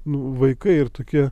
nu vaikai ir tokie